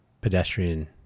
pedestrian